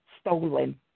stolen